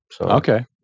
Okay